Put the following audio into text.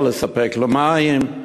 לא לספק לו מים,